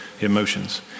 emotions